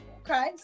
okay